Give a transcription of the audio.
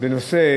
יש לך